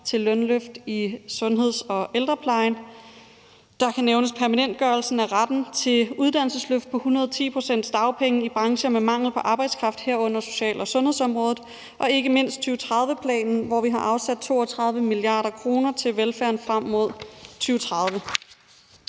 til lønløft i sundheds- og ældreplejen. Der kan nævnes permanentgørelsen af retten til uddannelsesløft på 110 pct.s dagpenge i brancher med mangel på arbejdskraft, herunder social- og sundhedsområdet, og ikke mindst 2030-planen, hvor vi har afsat 32 mia. kr. til velfærden frem mod 2030.